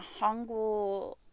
Hangul